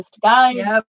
guys